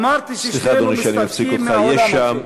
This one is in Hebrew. אמרתי ששנינו מסתלקים מהעולם הזה.